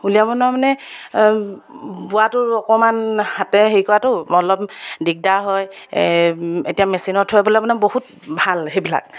উলিয়াব নোৱাৰোঁ মানে বোৱাটো অকণমান হাতে হেৰি কৰাটো অলপ দিগদাৰ হয় এই এতিয়া মেচিনত থৈ বোলে মানে বহুত ভাল সেইবিলাক